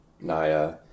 naya